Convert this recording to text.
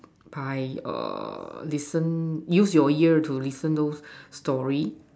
by err listen use your ear to listen those story